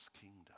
kingdom